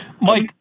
Mike